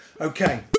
Okay